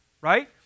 right